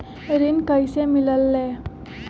ऋण कईसे मिलल ले?